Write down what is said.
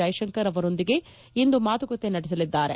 ಜೈಶಂಕರ್ ಅವರೊಂದಿಗೆ ಇಂದು ಮಾತುಕತೆ ನಡೆಸಲಿದ್ದಾರೆ